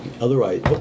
Otherwise